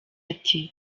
ati